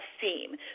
theme